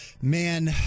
Man